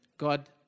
God